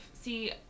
see